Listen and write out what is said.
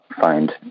find